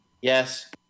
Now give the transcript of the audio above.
Yes